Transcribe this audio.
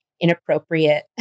inappropriate